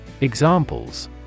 Examples